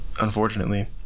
Unfortunately